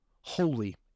holy